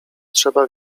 trzeba